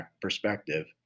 perspective